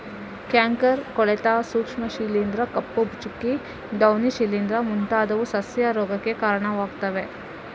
canker, ಕೊಳೆತ ಸೂಕ್ಷ್ಮ ಶಿಲೀಂಧ್ರ, ಕಪ್ಪು ಚುಕ್ಕೆ, ಡೌನಿ ಶಿಲೀಂಧ್ರ ಮುಂತಾದವು ಸಸ್ಯ ರೋಗಕ್ಕೆ ಕಾರಣವಾಗುತ್ತವೆ